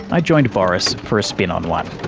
i joined boris for a spin on one.